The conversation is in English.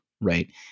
right